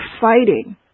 fighting